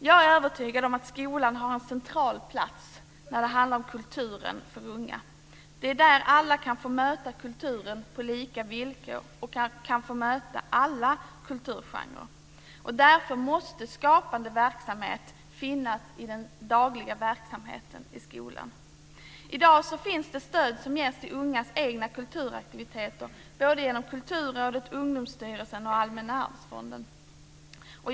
Jag är övertygad om att skolan har en central plats när det handlar om kulturen för unga. Det är där alla kan få möta kulturen på lika villkor och kanske möta alla kulturgenrer. Därför måste skapande verksamhet finnas i den dagliga verksamheten i skolan. I dag finns det stöd som ges till ungas egna kulturaktiviteter, genom Kulturrådet, Ungdomsstyrelsen och Allmänna arvsfonden.